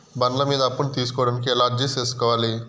బండ్ల మీద అప్పును తీసుకోడానికి ఎలా అర్జీ సేసుకోవాలి?